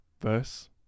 verse